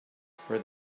for